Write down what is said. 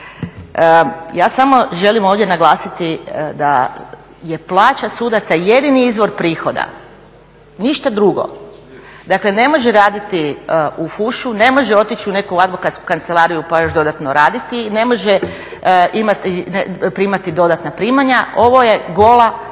Ja samo želim ovdje naglasiti da je plaća sudaca jedini izvor prihoda, ništa drugo, dakle ne može raditi u fušu, ne može otići u neku advokatsku kancelariju pa još dodatno raditi, ne može primati dodatna primanja. Ovo je gola